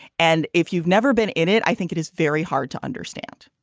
and if you've never been in it i think it is very hard to understand.